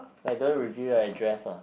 eh don't reveal your address ah